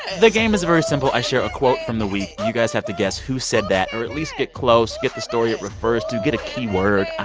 the game is very simple. i share a quote from the week. you guys have to guess who said that or at least get close, get the story it refers to, get a keyword.